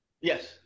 Yes